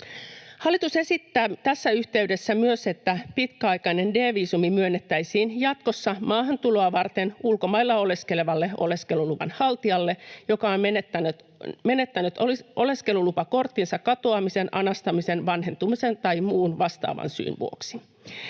Hallitus esittää tässä yhteydessä myös, että pitkäaikainen D-viisumi myönnettäisiin jatkossa maahantuloa varten ulkomailla oleskelevalle oleskeluluvan haltijalle, joka on menettänyt oleskelulupakorttinsa katoamisen, anastamisen, vanhentumisen tai muun vastaavan syyn vuoksi.